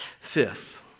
Fifth